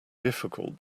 difficult